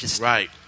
Right